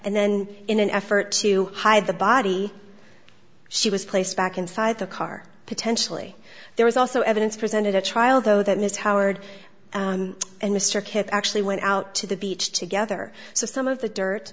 and then in an effort to hide the body she was placed back inside the car potentially there was also evidence presented at trial though that mr howard and mr kit actually went out to the beach together so some of the dirt